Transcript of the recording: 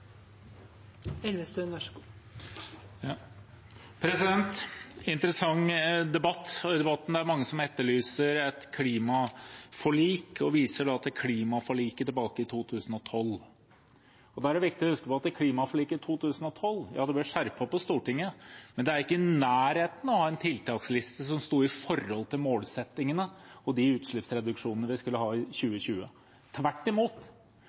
det mange som etterlyser et klimaforlik, og viser til klimaforliket tilbake i 2012. Da er det viktig å huske på at ja, klimaforliket i 2012 ble skjerpet på Stortinget, men det var ikke i nærheten av å ha en tiltaksliste som sto i forhold til målsettingene og de utslippsreduksjonene vi skulle ha i 2020 – tvert imot.